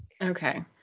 Okay